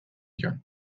joan